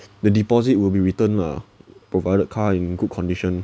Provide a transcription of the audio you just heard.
the deposit will be returned lah provided car in good condition